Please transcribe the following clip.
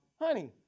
Honey